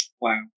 Wow